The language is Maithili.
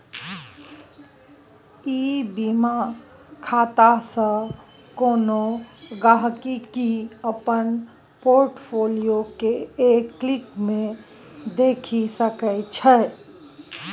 ई बीमा खातासँ कोनो गांहिकी अपन पोर्ट फोलियो केँ एक क्लिक मे देखि सकै छै